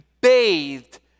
bathed